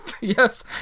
Yes